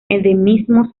endemismos